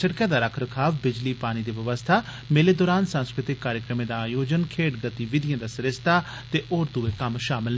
सड़कै दा रख रखाव बिजली पानी दी व्यवस्था मेले दौरान साध्यकृतिक कार्यक्रमें दा आयोजन खेड्ड गतिविधियें दा सरिस्ता ते होर दुए कम्म शामल न